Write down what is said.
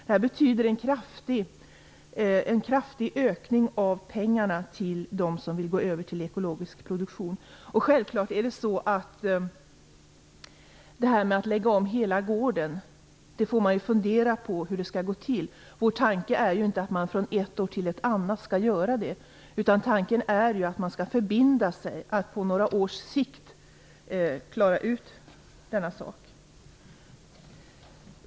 Det betyder en kraftig ökning av pengarna till dem som vill gå över till ekologisk produktion. Man får ju självfallet fundera på hur det skall gå till att lägga om hela gården. Vår tanke är inte att man från ett år till ett annat skall göra det. Tanken är att man skall förbinda sig att genomföra detta på några års sikt.